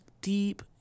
deep